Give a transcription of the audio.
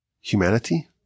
Humanity